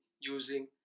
using